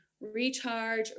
recharge